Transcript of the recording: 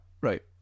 right